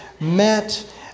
met